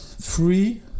free